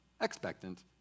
expectant